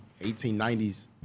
1890s